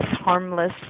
harmless